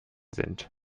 sind